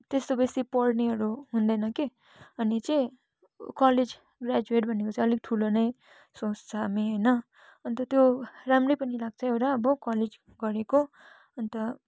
त्यस्तो बेसी पढ्नेहरू हुँदैन के अनि चाहिँ कलेज ग्राजुएट भनेपछि अलिक ठुलो नै सोच्छ हामी होइन अन्त त्यो राम्रै पनि लाग्छ एउटा अब कलेज गरेको अन्त